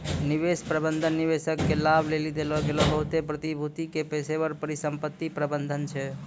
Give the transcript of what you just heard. निवेश प्रबंधन निवेशक के लाभ लेली देलो गेलो बहुते प्रतिभूति के पेशेबर परिसंपत्ति प्रबंधन छै